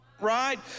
right